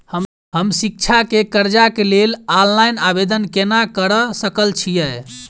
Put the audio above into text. हम शिक्षा केँ कर्जा केँ लेल ऑनलाइन आवेदन केना करऽ सकल छीयै?